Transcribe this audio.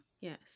Yes